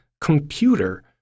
computer